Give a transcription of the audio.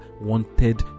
wanted